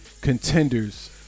contenders